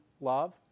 love